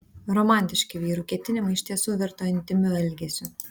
romantiški vyrų ketinimai iš tiesų virto intymiu elgesiu